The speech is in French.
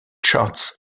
charts